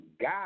God